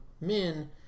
men